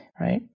right